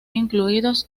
incluidos